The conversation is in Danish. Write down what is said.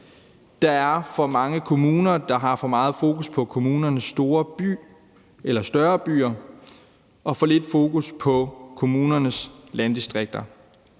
Der er for mange kommuner, der har for meget fokus på kommunernes større byer og for lidt fokus på kommunernes landdistrikter.